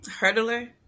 hurdler